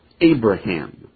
Abraham